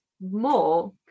more